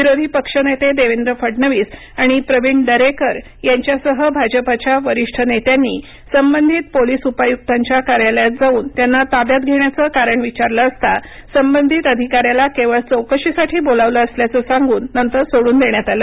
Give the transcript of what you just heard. विरोधी पक्षनेते देवेंद्र फडणवीस आणि प्रवीण दरेकर यांच्यासह भाजपाच्या वरिष्ठ नेत्यांनी संबंधित पोलिस उपायुक्तांच्या कार्यालयात जावून त्यांना ताब्यात घेण्याचे कारण विचारले असता संबधित अधिकाऱ्याला केवळ चौकशीसाठी बोलावलं असल्याचं सांगून नंतर सोडून देण्यात आलं